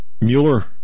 Mueller